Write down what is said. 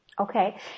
Okay